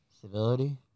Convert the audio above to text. civility